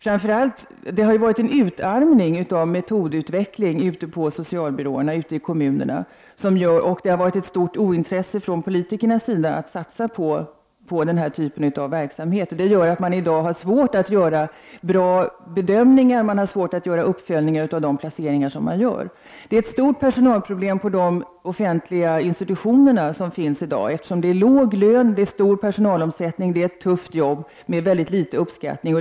Framför allt har det ju skett en utarmning av metodutveckling på socialbyråerna och i kommunerna, och det har visats ett stort ointresse från politikernas sida att satsa på den här typen av verksamhet. Det gör att man i dag har svårt att göra bra bedömningar och uppföljning av de placeringar som man gör. Problemen är stora på de offentliga institutioner som finns i dag, eftersom lönerna är låga och personalomsättningen stor. Det är ett tufft jobb, där man får väldigt litet uppskattning.